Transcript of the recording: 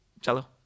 cello